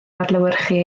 adlewyrchu